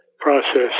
process